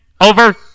Over